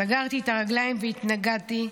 סגרתי את הרגליים והתנגדתי.